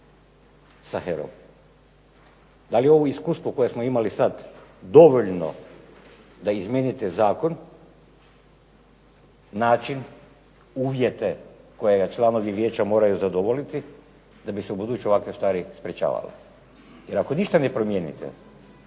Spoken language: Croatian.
Da li ovo iskustvo koje smo imali sad dovoljno da izmijenite zakon, način, uvjete koje članovi vijeća moraju zadovoljiti da bi se u buduće ovakve stvari sprječavale.